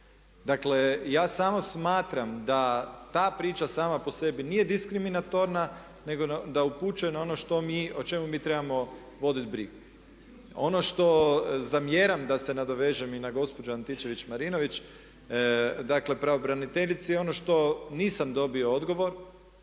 Dakle, ja samo smatram da ta priča sama po sebi nije diskriminatorna nego da upućuje na ono što mi, o čemu mi trebamo vodit brigu. Ono što zamjeram da se nadovežem i na gospođu Antičević Marinović, dakle pravobraniteljici ono što nisam dobio odgovor